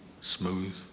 smooth